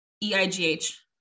E-I-G-H